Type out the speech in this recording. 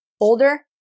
older